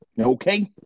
okay